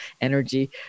energy